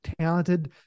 talented